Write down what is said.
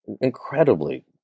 incredibly